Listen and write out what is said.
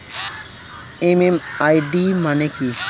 MMID মানে কি?